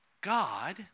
God